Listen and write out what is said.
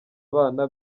abana